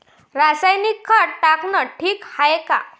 रासायनिक खत टाकनं ठीक हाये का?